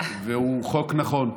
והוא חוק נכון.